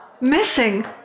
Missing